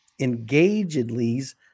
Engagedly's